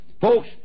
Folks